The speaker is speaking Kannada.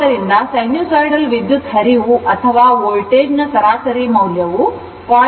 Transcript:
ಆದ್ದರಿಂದ ಸೈನುಸೈಡಲ್ ವಿದ್ಯುತ್ ಹರಿವು ಅಥವಾ ವೋಲ್ಟೇಜ್ನ ಸರಾಸರಿ ಮೌಲ್ಯವು 0